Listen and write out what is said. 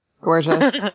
Gorgeous